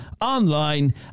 online